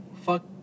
fuck